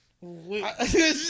Wait